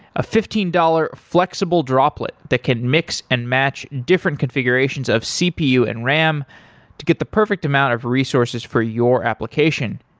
a fifteen dollars flexible droplet that can mix and match different configurations of cpu and ram to get the perfect amount of resources for your application.